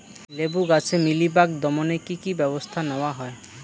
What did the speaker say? লেবু গাছে মিলিবাগ দমনে কী কী ব্যবস্থা নেওয়া হয়?